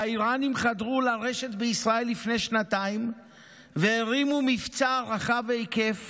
שהאיראנים חדרו לרשת בישראל לפני שנתיים והרימו מבצע רחב היקף